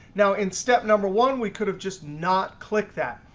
now in step number one, we could have just not clicked that,